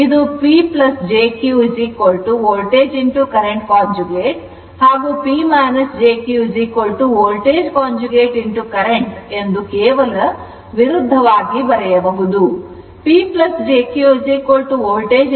ಇದು P jQ voltage current conjugate ಹಾಗೂ P jQ voltage conjugate current ಎಂದು ಕೇವಲ ವಿರುದ್ಧವಾಗಿ ಬರೆಯಬಹುದು